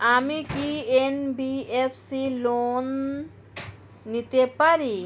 আমি কি এন.বি.এফ.সি থেকে লোন নিতে পারি?